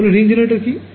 তাহলে ring resonator কী